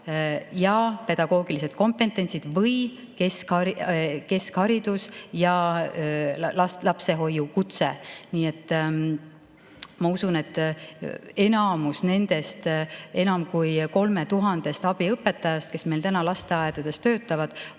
ja pedagoogilised kompetentsid või keskharidus ja lapsehoidja kutse. Ma usun, et enamus nendest enam kui 3000 abiõpetajast, kes meil täna lasteaedades töötavad,